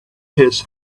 his